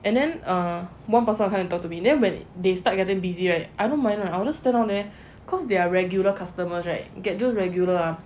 and then uh one person come and talk to me then when they start getting busy right I don't mind lah I will just stand down there cause there are regular customers right those regular ah